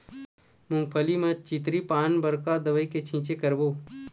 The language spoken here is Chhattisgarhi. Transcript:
मूंगफली म चितरी पान बर का दवई के छींचे करबो?